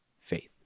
Faith